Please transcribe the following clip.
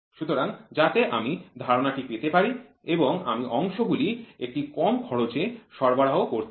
সুতরাং যাতে আমি ধারণাটি পেতে পারি এবং আমি অংশগুলি একটি কম খরচে সরবরাহ করতে পারি